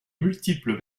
multiples